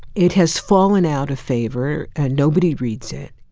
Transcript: it has fallen out of favor and nobody reads it.